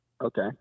Okay